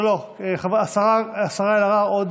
לא, לא, השרה אלהרר, עוד